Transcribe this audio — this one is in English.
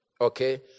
Okay